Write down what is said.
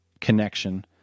connection